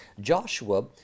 Joshua